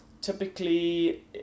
Typically